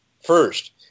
first